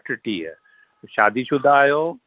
अठटीह शादीशुदा आहियो